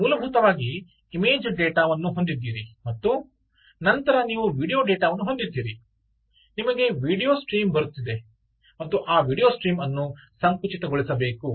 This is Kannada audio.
ನೀವು ಮೂಲಭೂತವಾಗಿ ಇಮೇಜ್ ಡೇಟಾವನ್ನು ಹೊಂದಿದ್ದೀರಿ ನಂತರ ನೀವು ವೀಡಿಯೊ ಡೇಟಾವನ್ನು ಹೊಂದಿದ್ದೀರಿ ನಿಮಗೆ ವೀಡಿಯೊ ಸ್ಟ್ರೀಮ್ ಬರುತ್ತಿದೆ ಮತ್ತು ಆ ವೀಡಿಯೊ ಸ್ಟ್ರೀಮ್ ಅನ್ನು ಸಂಕುಚಿತಗೊಳಿಸಬೇಕು